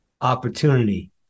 opportunity